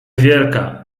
wielka